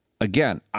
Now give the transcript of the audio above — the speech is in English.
Again